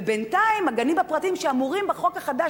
ובינתיים הגנים הפרטיים שאמורים בחוק החדש